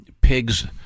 pigs